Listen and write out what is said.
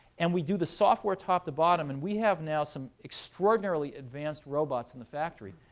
and we do the software top-to-bottom. and we have now some extraordinarily advanced robots in the factory.